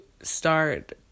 Start